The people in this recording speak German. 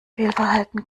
fehlverhalten